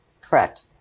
correct